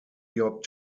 york